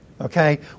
Okay